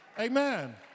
Amen